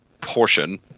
portion